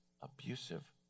abusive